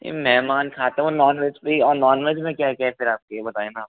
मेहमान खा तो नॉनवेज भी और नॉनवेज में क्या क्या है फिर आपके ये बताये ना आप